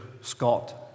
Scott